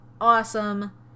awesome